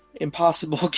impossible